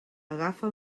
agafa